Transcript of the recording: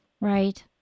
right